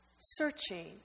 searching